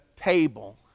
Table